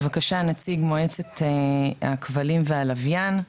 בבקשה, נציג מועצת הכבלים והלווין,